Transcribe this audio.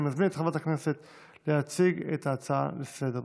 אני מזמין את חברת הכנסת להציג את ההצעה לסדר-היום,